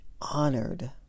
honored